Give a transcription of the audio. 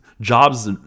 jobs